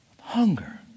hunger